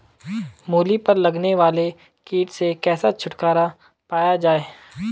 मूली पर लगने वाले कीट से कैसे छुटकारा पाया जाये?